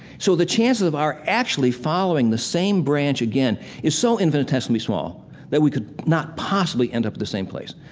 so, the chances of our actually following the same branch again is so infinitesimally small that we could not possibly end up at the same place.